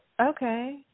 Okay